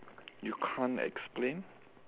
you can't explain